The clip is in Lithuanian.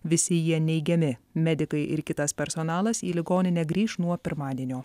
visi jie neigiami medikai ir kitas personalas į ligoninę grįš nuo pirmadienio